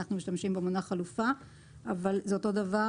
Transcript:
אנחנו משתמשים במונח: "חלופה" אבל זה אותו דבר.